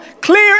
Clear